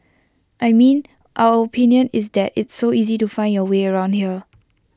I mean our opinion is that it's so easy to find your way around here